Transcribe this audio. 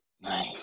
Nice